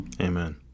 Amen